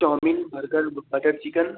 chow mein burger butter chicken